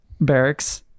barracks